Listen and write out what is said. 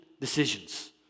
decisions